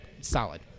solid